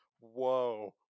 whoa